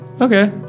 Okay